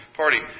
party